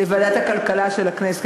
לוועדת הכלכלה של הכנסת.